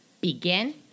Begin